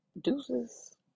deuces